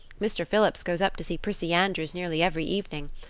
mr. phillips goes up to see prissy andrews nearly every evening.